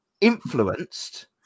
influenced